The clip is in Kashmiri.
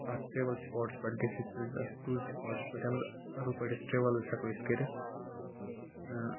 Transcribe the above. اَتھ ٹریٚوَل سُپاٹَس پؠٹھ گٔژِھتھ زِ اَکھ ٹیٚورِسٹ سُپاٹَس پؠٹھ ہیٚکو أسۍ اَصٕل پٲٹھۍ ٹیٚرول حظ ہیٚکو أسۍ کٔرِتھ ٲں